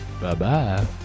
Bye-bye